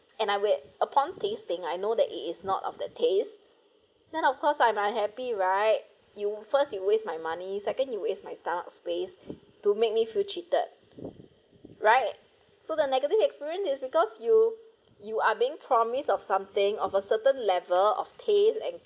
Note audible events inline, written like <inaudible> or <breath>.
and I wait upon tasting I know that it is not of the taste then of course I‘m unhappy right you first you waste my money second you waste my stomach of space <breath> to make me feel cheated right so the negative experience is because you you are being promise of something of a certain level of taste and